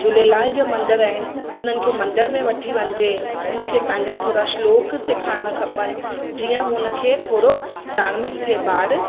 झूलेलाल जा मंदर आहिनि उन्हनि खे मंदर में वठी वञिजे उनखे पंहिंजा थोरा श्लोक सेखारणा खपनि जीअं उनखे थोरो धार्मिक थिए ॿारु